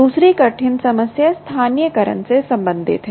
दूसरी कठिन समस्या स्थानीयकरण से संबंधित है